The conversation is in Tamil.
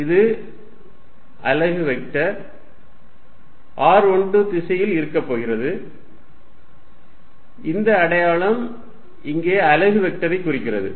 இது அலகு வெக்டர் r12 திசையில் இருக்கப் போகிறது இந்த அடையாளம் இங்கே அலகு வெக்டரை குறிக்கிறது